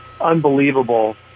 unbelievable